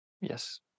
Yes